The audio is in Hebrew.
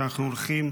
כשאנחנו הולכים,